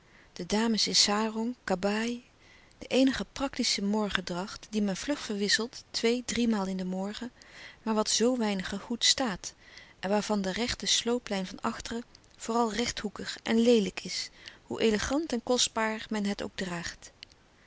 de dames in sarong kabaai de eenige praktische morgendracht die men vlug verwisselt twee driemaal in den morgen maar wat zoo weinigen goed staat en waarvan de rechte slooplijn van achteren vooral rechthoekig en leelijk is hoe elegant en kostbaar men het ook draagt